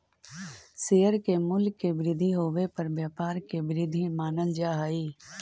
share के मूल्य के वृद्धि होवे पर व्यापार के वृद्धि मानल जा हइ